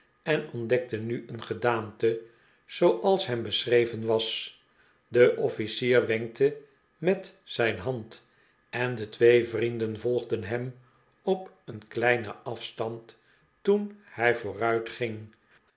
en ontdekte nu een gedaante zooals hem beschreven was de officier wenkte met zijn hand en de twee vrienden volgden hem op een kleinen af stand toen hij vooruitging